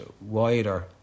wider